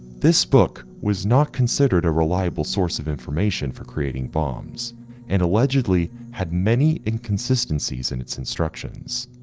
this book was not considered a reliable source of information for creating bombs and allegedly had many inconsistencies in its instructions.